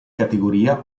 categoria